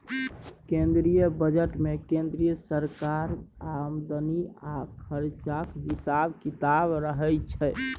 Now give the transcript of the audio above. केंद्रीय बजट मे केंद्र सरकारक आमदनी आ खरचाक हिसाब किताब रहय छै